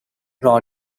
rot